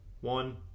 one